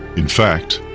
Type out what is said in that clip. in fact,